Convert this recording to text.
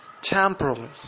temporarily